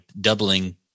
doubling